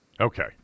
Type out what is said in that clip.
Okay